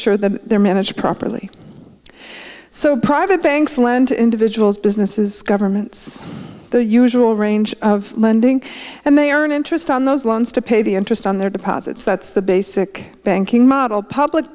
sure that they're managed properly so private banks lend to individuals businesses governments the usual range of lending and they are an interest on those loans to pay the interest on their deposits that's the basic banking model public